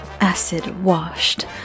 acid-washed